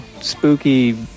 spooky